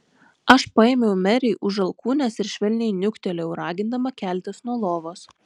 aš paėmiau merei už alkūnės ir švelniai niuktelėjau ragindama keltis nuo lovos